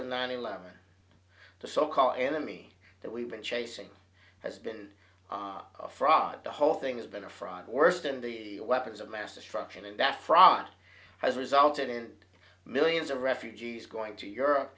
of nine eleven the so called enemy that we've been chasing has been a fraud the whole thing's been a fraud worse than the weapons of mass destruction and that frog has resulted in millions of refugees going to europe